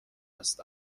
است